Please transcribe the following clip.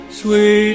sweet